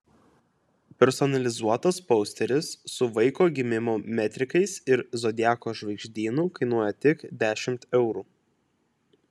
personalizuotas posteris su vaiko gimimo metrikais ir zodiako žvaigždynu kainuoja tik dešimt eurų